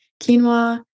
quinoa